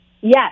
Yes